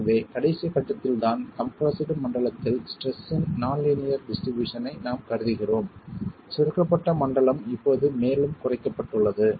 எனவே கடைசி கட்டத்தில் தான் கம்ப்ரெஸ்ஸடு மண்டலத்தில் ஸ்ட்ரெஸ் இன் நான் லீனியர் டிஸ்ட்ரிபியூஷன் ஐ நாம் கருதுகிறோம் சுருக்கப்பட்ட மண்டலம் இப்போது மேலும் குறைக்கப்பட்டுள்ளது